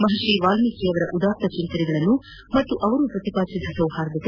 ಮಹರ್ಷಿ ವಾಲೀಕಿರವರ ಉದಾತ್ನ ಚಿಂತನೆಗಳನ್ನು ಹಾಗೂ ಅವರು ಪ್ರತಿಪಾದಿಸಿದ ಸೌಹಾರ್ದತೆ